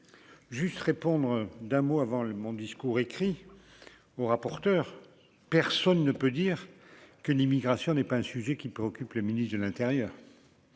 juste répondre d'un mot avant le mon discours écrit au rapporteur, personne ne peut dire que l'immigration n'est pas un sujet qui préoccupe le ministre de l'Intérieur.